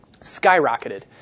skyrocketed